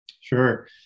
Sure